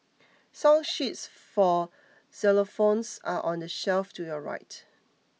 song sheets for xylophones are on the shelf to your right